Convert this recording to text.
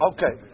Okay